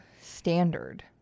standard